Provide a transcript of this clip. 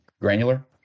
granular